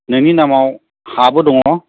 नोंनि नामाव हाबो दङ